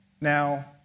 Now